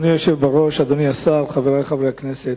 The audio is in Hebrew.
אדוני היושב בראש, אדוני השר, חברי חברי הכנסת,